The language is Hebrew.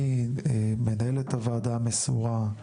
אני מנהל את הוועדה המסורה,